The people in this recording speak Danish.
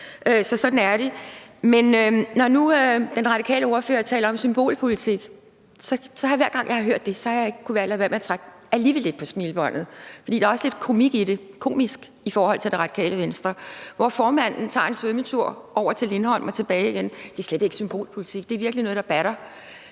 så sådan er det. Men når nu den radikale ordfører taler om symbolpolitik, har jeg alligevel ikke kunnet lade være med at trække lidt på smilebåndet, hver gang jeg har hørt det, for der er også lidt komik i det. Det er komisk i forhold til Det Radikale Venstre, hvor formanden tager en svømmetur over til Lindholm og tilbage igen – det er slet ikke symbolpolitik; det er virkelig noget, der batter.